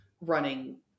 running